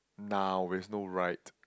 now is no right